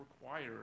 required